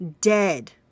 dead